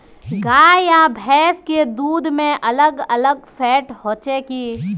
गाय आर भैंस के दूध में अलग अलग फेट होचे की?